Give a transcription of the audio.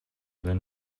than